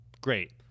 great